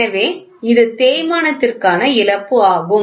எனவே இது தேய்மானத்திற்கான இழப்பு ஆகும்